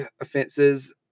offenses